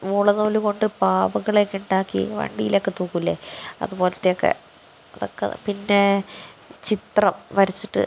വൂളനൂൽ കൊണ്ട് പാവകളെയൊക്കെയുണ്ടാക്കി വണ്ടിയിലൊക്കെ തൂക്കൂലേ അതുപോലത്തെയൊക്കെ അതൊക്കെ പിന്നെ ചിത്രം വരച്ചിട്ട്